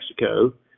Mexico